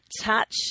touch